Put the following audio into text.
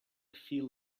feel